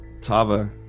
Tava